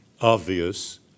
obvious